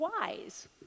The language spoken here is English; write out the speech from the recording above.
wise